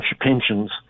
pensions